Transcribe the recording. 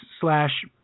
slash